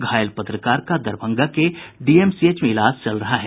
घायल पत्रकार का दरभंगा के डीएमसीएच में इलाज चल रहा है